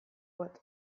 bat